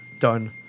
Done